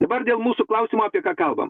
dabar dėl mūsų klausimo apie ką kalbam